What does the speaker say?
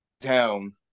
town